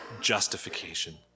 justification